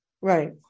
Right